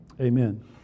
Amen